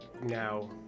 now